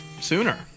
sooner